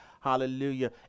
hallelujah